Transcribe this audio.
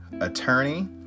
attorney